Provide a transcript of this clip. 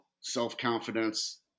self-confidence